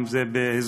אם זה בהסדר,